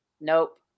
Nope